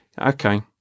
Okay